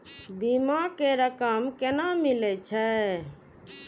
बीमा के रकम केना मिले छै?